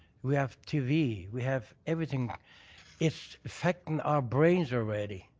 we have t v, we have everything it's affecting our brains already.